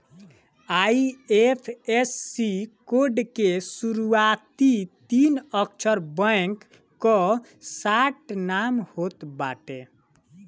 IFSC code के शुरूआती तीन अक्षर बैंक कअ शार्ट नाम होत बाटे